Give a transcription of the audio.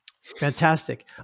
Fantastic